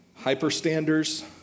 Hyperstanders